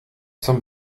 zum